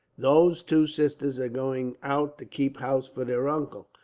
those two sisters are going out to keep house for their uncle,